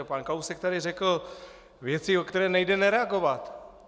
Pan Kalousek tady řekl věci, na které nejde nereagovat.